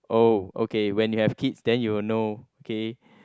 oh okay when you have kids then you will know okay